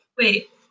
Wait